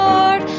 Lord